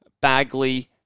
Bagley